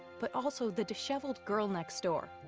but also the disheveled girl next door.